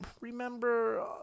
remember